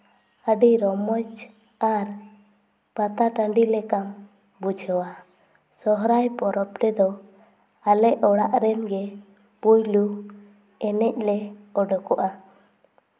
ᱟᱹᱰᱤ ᱨᱚᱢᱚᱡᱽ ᱟᱨ ᱯᱟᱛᱟ ᱴᱟᱺᱰᱤ ᱞᱮᱠᱟᱢ ᱵᱩᱡᱷᱟᱹᱣᱟ ᱥᱚᱨᱦᱟᱭ ᱯᱚᱨᱚᱵᱽ ᱨᱮᱫᱚ ᱟᱞᱮ ᱚᱲᱟᱜ ᱨᱮᱱ ᱜᱮ ᱯᱳᱭᱞᱳ ᱮᱱᱮᱡ ᱞᱮ ᱚᱰᱚᱠᱚᱜᱼᱟ